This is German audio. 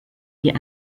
die